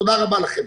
תודה רבה לכם.